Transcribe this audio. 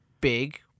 big